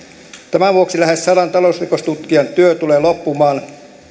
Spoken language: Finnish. tämän vuoksi lähes sadan talousrikostutkijan työ tulee loppumaan